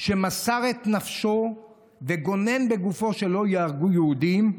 שמסר את נפשו וגונן בגופו שלא ייהרגו יהודים.